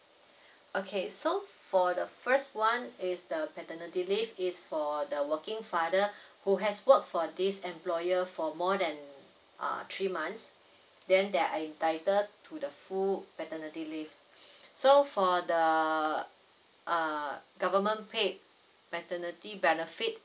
okay so for the first one is the paternity leave is for the working father who has worked for this employer for more than err three months then they entitled to the full paternity leave so for the err government paid maternity benefit